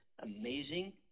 Amazing